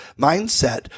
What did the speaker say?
mindset